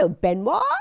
Benoit